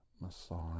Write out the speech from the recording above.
massage